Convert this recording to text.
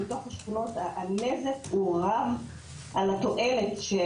בתוך השכונות הנזק הוא רב על התועלת שהוא